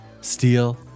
steel